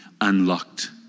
unlocked